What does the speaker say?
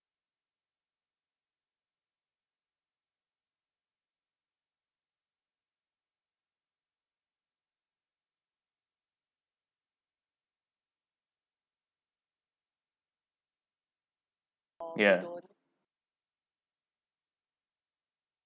ya